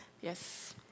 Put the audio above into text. Yes